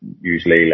usually